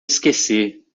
esquecer